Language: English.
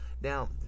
Now